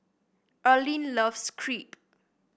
Erland loves Crepe